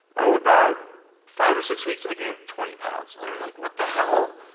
oh about five or six weeks, i gained twenty pounds, and i'm like, what the hell?